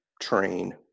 train